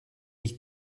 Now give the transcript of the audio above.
ich